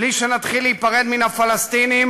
בלי שנתחיל להיפרד מן הפלסטינים,